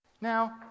Now